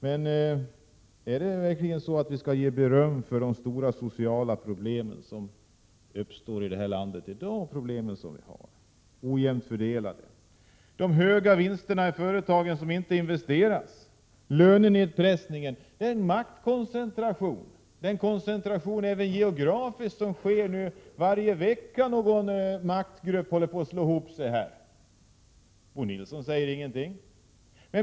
Men kan vi verkligen ge något beröm för de stora sociala problem som uppstår i vårt land i dag, med den ojämna fördelningen, de höga vinsterna i företagen, som inte investeras, lönenedpressningen, den maktkoncentration och den koncentration även geografiskt som sker varje vecka när någon maktgrupp håller på att slå ihop sig? Bo Nilsson säger ingenting.